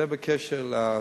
זה בקשר לסיעודי.